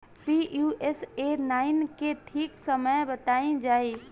Pusa nine के ठीक समय बताई जाई?